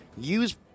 use